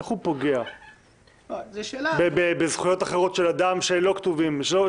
איך הוא פוגע בזכויות אחרות של אדם שהוא לא אזרח?